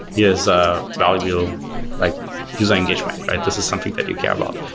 here's a valuable like user engagement, right? this is something that you care about.